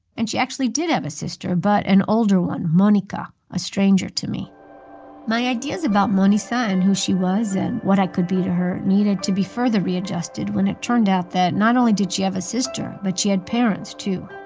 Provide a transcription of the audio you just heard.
and she actually did have a sister but an older one, monika a stranger to me my ideas about manisha and who she was and what i could be to her needed to be further readjusted when it turned out that not only did she have a sister but she had parents, too.